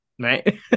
right